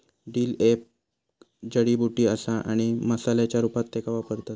dill एक जडीबुटी असा आणि मसाल्याच्या रूपात त्येका वापरतत